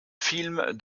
film